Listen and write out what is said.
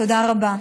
תודה רבה.